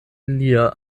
lia